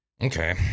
Okay